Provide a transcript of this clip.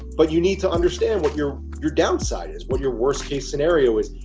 but you need to understand what your your downside is, what your worst case scenario is.